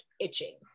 itching